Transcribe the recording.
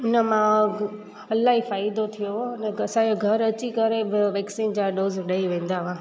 इन मां इलाही फ़ाइदो थियो अने असांजा घर अची करे व वैक्सीन जा डोज ॾेई वेंदा हुआ